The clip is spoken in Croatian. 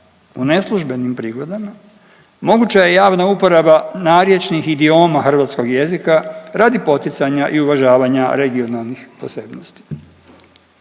u neslužbenim prigodama moguća je javna uporaba narječnih idioma hrvatskog jezika radi poticanja i uvažavanja regionalnih posebnosti.